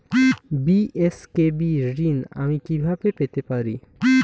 BSKB ঋণ আমি কিভাবে পেতে পারি?